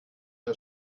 der